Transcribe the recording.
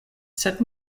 sed